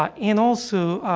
um and also,